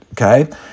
okay